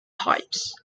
types